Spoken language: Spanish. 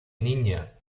niña